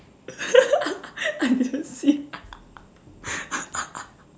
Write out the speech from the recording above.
I didn't see